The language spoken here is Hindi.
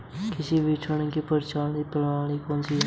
कृषि विपणन की प्रचलित प्रणाली कौन सी है?